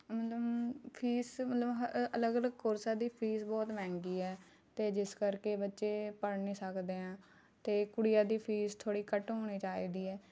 ਮਤਲਬ ਫ਼ੀਸ ਮਤਲਬ ਅਲੱਗ ਅਲੱਗ ਕੋਰਸਾਂ ਦੀ ਫ਼ੀਸ ਬਹੁਤ ਮਹਿੰਗੀ ਹੈ ਅਤੇ ਜਿਸ ਕਰਕੇ ਬੱਚੇ ਪੜ੍ਹ ਨਹੀਂ ਸਕਦੇ ਐਂ ਅਤੇ ਕੁੜੀਆਂ ਦੀ ਫ਼ੀਸ ਥੋੜ੍ਹੀ ਘੱਟ ਹੋਣੀ ਚਾਹੀਦੀ ਹੈ